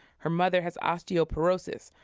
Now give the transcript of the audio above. her mother has osteoporosis.